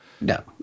No